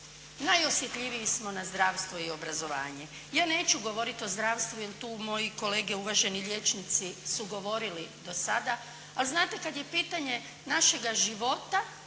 Najosjetljiviji smo na zdravstvo i obrazovanje. Ja neću govoriti o zdravstvu jer tu moji kolege uvaženi liječnici su govorili do sada, ali znate kada je pitanje našega života,